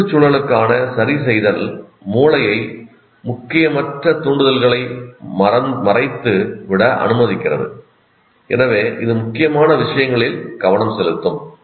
சுற்றுச்சூழலுக்கான சரிசெய்தல் மூளையை முக்கியமற்ற தூண்டுதல்களைத் மறைத்து விட அனுமதிக்கிறது எனவே இது முக்கியமான விஷயங்களில் கவனம் செலுத்தும்